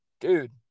Dude